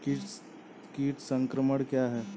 कीट संक्रमण क्या है?